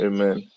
Amen